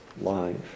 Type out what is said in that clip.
life